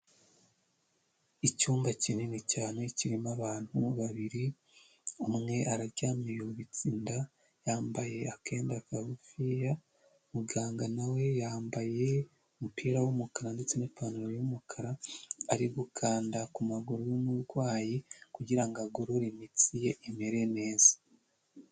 Icyumba kinini cyane kirimo abantu babiri umwe araryamye yubitse inda yambaye akenda kagufiya, muganga nawe yambaye umupira w'umukara ndetse n'ipantaro y'umukara, ari gukanda ku maguru y'umurwayi kugira ngo agorore imitsi ye imere neza.